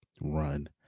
run